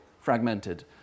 fragmented